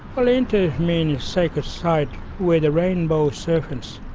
well, yintha means sacred site where the rainbow serpents